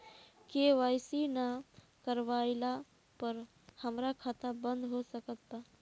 KYC ना करवाइला पर हमार खाता बंद हो सकत बा का?